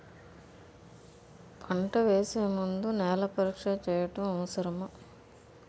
పంట వేసే ముందు నేల పరీక్ష చేయటం అవసరమా?